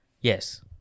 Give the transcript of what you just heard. yes